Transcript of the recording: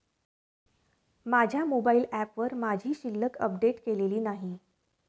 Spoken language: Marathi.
माझ्या मोबाइल ऍपवर माझी शिल्लक अपडेट केलेली नाही